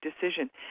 decision